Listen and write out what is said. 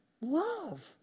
love